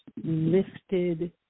lifted